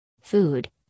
Food